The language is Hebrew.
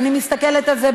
אני מברך על ההידברות הזאת,